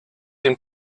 dem